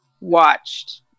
watched